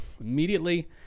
immediately